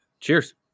Cheers